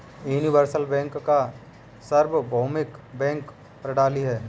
universal bank सार्वभौमिक bank प्रणाली है